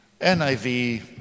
NIV